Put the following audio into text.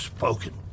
spoken